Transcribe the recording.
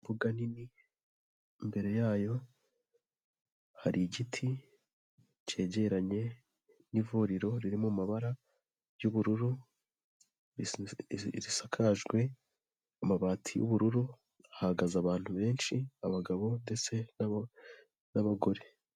imbuga nini, imbere yayo hari igiti cyegeranye n'ivuriro ririmo amabara ry'ubururu, risakajwe amabati y'ubururu, hahagaze abantu benshi, abagabo ndetse nabo n'abagore.